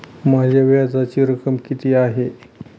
माझ्या व्याजाची रक्कम किती आहे?